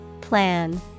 Plan